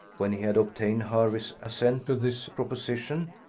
when he had obtained hervey's assent to this proposition,